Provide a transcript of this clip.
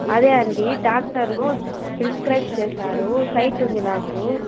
అదే అండీ డాక్టర్లు ప్రిస్క్రైబ్ చేసారు సైట్ ఉంది నాకు